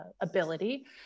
Ability